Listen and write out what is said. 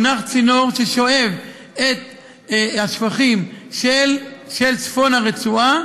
צינור ששואב את השפכים של צפון הרצועה